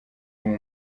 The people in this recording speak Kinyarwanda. irimo